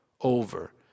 over